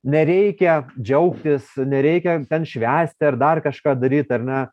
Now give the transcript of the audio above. nereikia džiaugtis nereikia švęsti ar dar kažką daryt ar ne